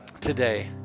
today